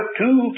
two